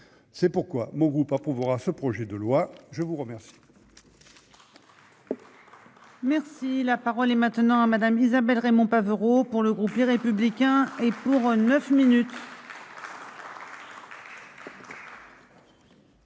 c'est pourquoi mon groupe approuvera ce projet de loi, je vous remercie.